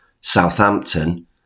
Southampton